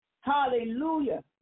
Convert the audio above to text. Hallelujah